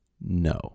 No